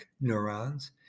neurons